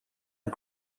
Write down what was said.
not